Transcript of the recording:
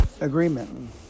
agreement